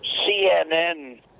CNN